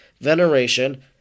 veneration